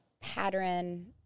pattern